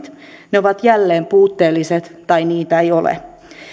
ne ovat jälleen puutteelliset tai niitä ei ole